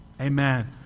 Amen